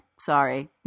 Sorry